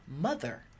mother